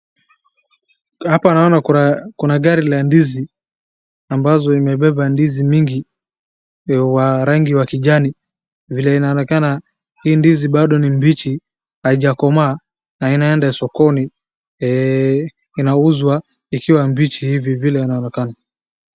Hapa naona kuna gari la ndizi ambazo imebeba ndizi mingi wa rangi wa kijani. Vile inaonekana hii ndizi bado ni mbichi, haijakomaa na inaenda sokoni, inauzwa ikiwa mbichi hivi vile inaonekana.